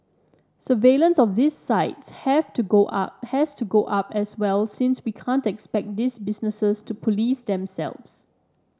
surveillance of these sites have to go up has to go up as well since we can't expect these businesses to police themselves